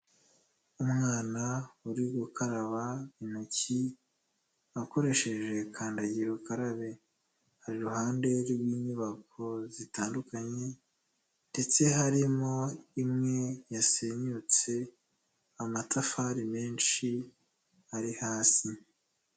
Umwana uri gukaraba intoki, akoresheje kandagira ukarabe. Ari iruhande rw'inyubako zitandukanye, ndetse harimo imwe yasenyutse, amatafari menshi ari hasi.